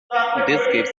gives